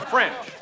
French